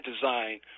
design